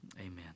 Amen